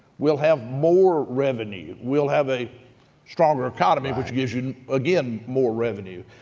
we'll have more revenue. we'll have a stronger economy, which gives you, and again, more revenue.